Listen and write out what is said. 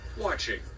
watching